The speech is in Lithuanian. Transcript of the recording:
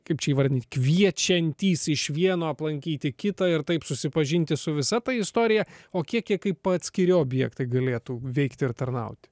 kaip čia įvardinti kviečiantys iš vieno aplankyti kitą ir taip susipažinti su visa ta istorija o kiek jie kaip atskiri objektai galėtų veikti ir tarnauti